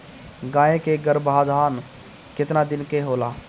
गाय के गरभाधान केतना दिन के होला?